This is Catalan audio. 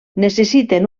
necessiten